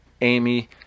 Amy